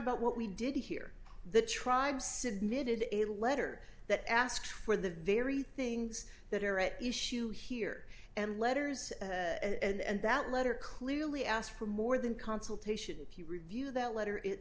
about what we did here the tribe submitted a letter that asked for the very things that are at issue here and letters and that letter clearly asked for more than consultation if you review that letter it